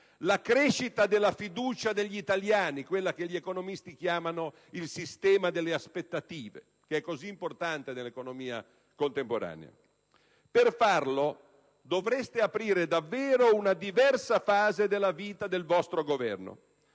la crescita della fiducia degli italiani, quella che gli economisti chiamano il sistema delle aspettative, così importante nell'economia contemporanea. Per farlo, dovreste aprire davvero una diversa fase della vita del vostro Governo: